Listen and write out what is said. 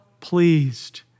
pleased